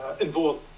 involved